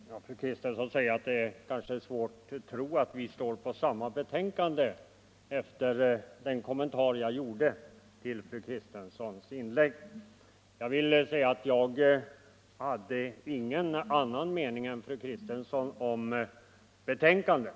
Herr talman! Fru Kristensson säger att det kan vara svårt att tro att hon och jag står för samma betänkande efter den kommentar jag gjorde till fru Kristenssons inlägg. Jag vill säga att jag hade ingen annan mening än fru Kristensson om betänkandet.